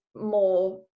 more